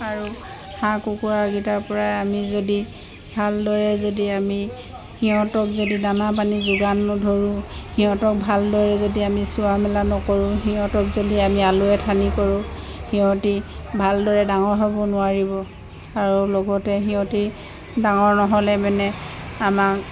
আৰু হাঁহ কুকুৰাকেইটাৰ পৰাই আমি যদি ভালদৰে যদি আমি সিহঁতক যদি দানা পানী যোগান নধৰোঁ সিহঁতক ভালদৰে যদি আমি চোৱা মেলা নকৰোঁ সিহঁতক যদি আমি আলৈ আথানি কৰোঁ সিহঁতে ভালদৰে ডাঙৰ হ'ব নোৱাৰিব আৰু লগতে সিহঁতে ডাঙৰ নহ'লে মানে আমাক